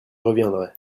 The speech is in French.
reviendrai